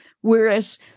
Whereas